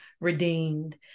redeemed